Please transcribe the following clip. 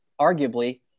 arguably